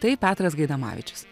tai petras gaidamavičius